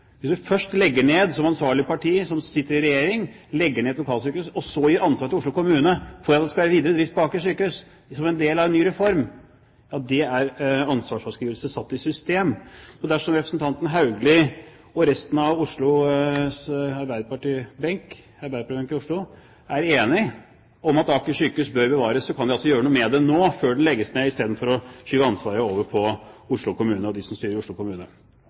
Hvis man først, som ansvarlig parti som sitter i regjering, legger ned et lokalsykehus og så legger ansvaret på Oslo kommune for at det skal bli videre drift på Aker sykehus som del av en ny reform, er ansvarsfraskrivelse satt i system. Dersom representanten Haugli og resten av Oslos arbeiderpartibenk er enig i at Aker sykehus bør bevares, kan de gjøre noe med det nå, før det legges ned, i stedet for å skyve ansvaret over på Oslo kommune og de som styrer i Oslo kommune.